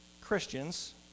Christians